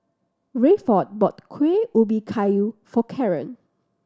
Rayford bought Kuih Ubi Kayu for Caron